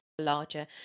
larger